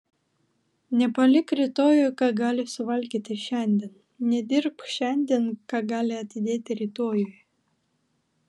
nepalik rytojui ką gali suvalgyti šiandien nedirbk šiandien ką gali atidėti rytojui